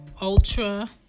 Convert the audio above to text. Ultra